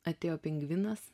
atėjo pingvinas